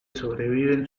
sobreviven